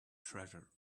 treasure